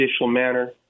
manner